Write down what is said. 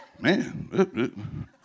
man